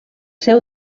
seu